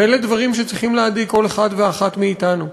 אלה דברים שצריכים להדאיג כל אחד ואחת מאתנו.